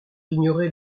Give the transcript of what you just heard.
ignorer